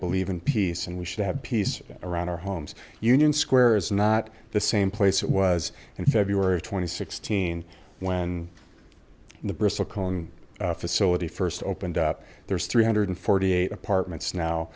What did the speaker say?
believe in peace and we should have peace around our homes union square is not the same place it was in february twenty sixth seen when the bristlecone facility first opened up there's three hundred forty eight apartments now